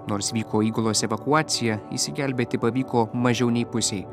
nors vyko įgulos evakuacija išsigelbėti pavyko mažiau nei pusei